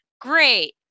Great